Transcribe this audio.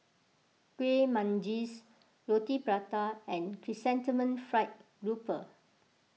Kueh Manggis Roti Prata and Chrysanthemum Fried Grouper